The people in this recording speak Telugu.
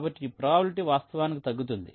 కాబట్టి ఈ ప్రాబబిలిటీ వాస్తవానికి తగ్గుతుంది